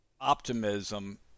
optimism